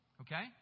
Okay